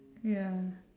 ya